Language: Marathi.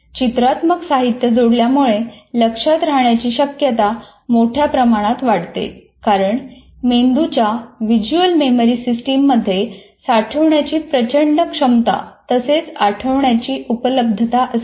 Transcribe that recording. चित्रात्मक साहित्य जोडल्यामुळे लक्षात राहण्याची शक्यता मोठ्या प्रमाणात वाढते कारण मेंदूच्या व्हिज्युअल मेमरी सिस्टीम मध्ये साठवण्याची प्रचंड क्षमता तसेच आठवण्याची उपलब्धता असते